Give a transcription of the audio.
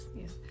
Yes